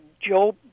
Joe